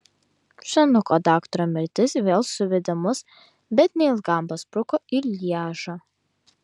senuko daktaro mirtis vėl suvedė mus bet neilgam paspruko į lježą